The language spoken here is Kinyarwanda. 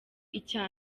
icya